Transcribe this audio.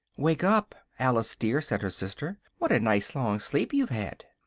wake up! alice dear! said her sister, what a nice long sleep you've had!